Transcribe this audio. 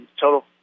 total